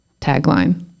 tagline